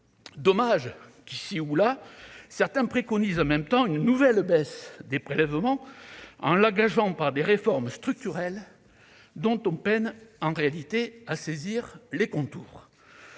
qu'ici ou là certains préconisent en même temps une nouvelle baisse des prélèvements en la gageant par des réformes « structurelles », dont on peine en réalité à saisir les contours.